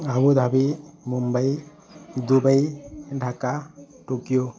Abu Dhabi Mumbai Dubai Dhaka Tokyo